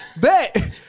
Bet